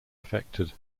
affected